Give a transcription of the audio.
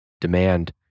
Demand